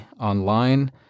online